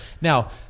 Now